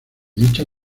dicha